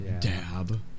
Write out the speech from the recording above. Dab